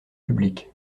public